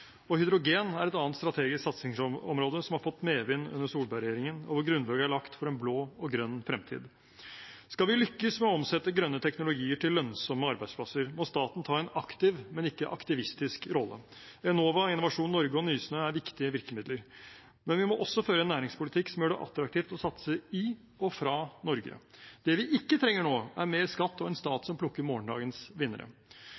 og hydrogen er et annet strategisk satsingsområde som har fått medvind under Solberg-regjeringen, og hvor grunnlaget er lagt for en blå og grønn fremtid. Skal vi lykkes med å omsette grønne teknologier til lønnsomme arbeidsplasser, må staten ta en aktiv, men ikke aktivistisk rolle. Enova, Innovasjon Norge og Nysnø er viktige virkemidler. Men vi må også føre en næringspolitikk som gjør det attraktivt å satse i og fra Norge. Det vi ikke trenger nå, er mer skatt og en